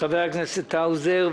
חבר הכנסת האוזר.